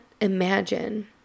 imagine